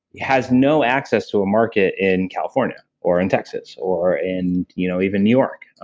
has no access to a market in california or in texas or in you know even new york.